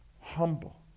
humble